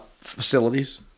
facilities